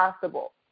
possible